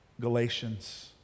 Galatians